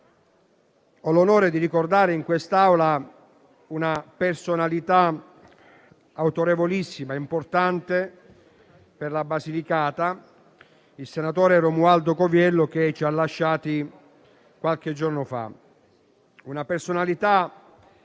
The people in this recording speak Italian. ho l'onore di ricordare in quest'Aula una personalità autorevolissima, importante per la Basilicata, il senatore Romualdo Coviello, che ci ha lasciati qualche giorno fa; una personalità che ha